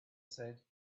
said